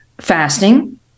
fasting